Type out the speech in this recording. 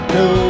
no